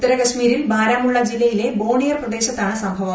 ഉത്തര കശ്മീരിൽ ബാരാമുള്ള ജില്ലയിലെ ബോണിയർ പ്രദേശത്താണ് സംഭവം